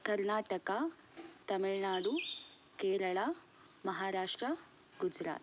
Karnataka Tamil Nadu Kerala Maharashtra Gujarat